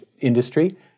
industry